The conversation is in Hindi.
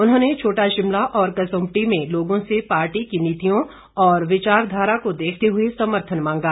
उन्होंने छोटा शिमला और कसुम्पटी में लोगों से पार्टी की नीतियों और विचार धारा को देखते हुए समर्थन मांगा